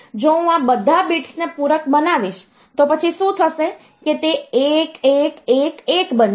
હવે જો હું આ બધા બિટ્સને પૂરક બનાવીશ તો પછી શું થશે કે તે 1111 બનશે